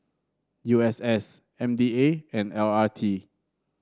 U S S M D A and L R T